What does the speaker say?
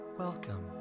Welcome